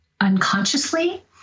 unconsciously